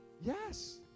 Yes